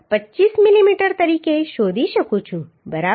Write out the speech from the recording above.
25 millimetre તરીકે શોધી શકું છું બરાબર